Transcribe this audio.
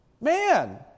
Man